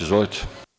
Izvolite.